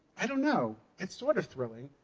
i don't know. it's sort of thrilling,